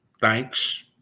thanks